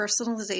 personalization